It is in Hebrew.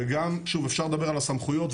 אפשר לדבר על הסמכויות,